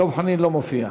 דב חנין לא מופיע.